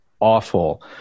awful